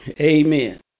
Amen